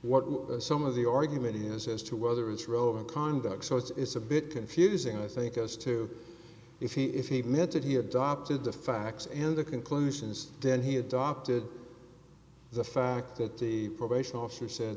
what some of the argument is as to whether it's rove or conduct so it's a bit confusing i think as to if he if he did he adopted the facts and the conclusions then he adopted the fact that the probation officer said